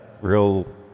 real